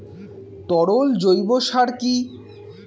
তরল জৈব সার কি?